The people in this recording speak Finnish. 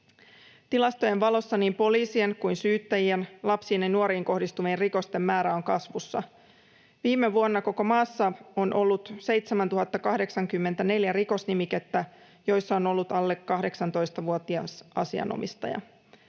tilastojen valossa lapsiin ja nuoriin kohdistuvien rikosten määrä on kasvussa. Viime vuonna koko maassa on ollut 7 084 rikosnimikettä, joissa on ollut alle 18-vuotias asianomistaja.